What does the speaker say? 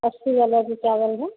अस्सी वाला भी चावल है